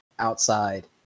outside